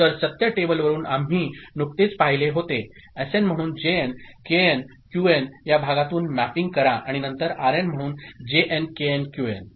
तर सत्य टेबलवरून आम्ही नुकतेच पाहिले होते एसएन म्हणून जेएन केएन क्यूएन या भागातून मॅपिंग करा आणि नंतर आरएन म्हणून जेएन केएन क्यूएन